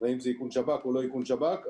ואם זה איכון שב"כ או לא איכון שב"כ.